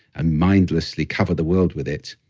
and mindlessly cover the world with it,